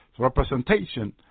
representation